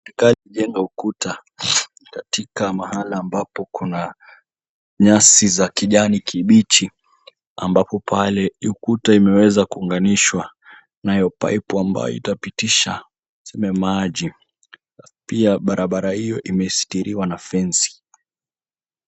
Jengo la ukuta katika mahala ambapo kuna nyasi za kijani kibichi ambapo pale kuta imeweza kuunganishwa nayo paipu ambayo itapitisha yale maji. Pia barabara hiyo imesitiriwa na fensi.